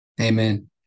amen